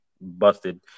busted